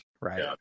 right